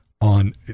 on